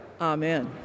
Amen